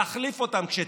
להחליף אותם כשצריך.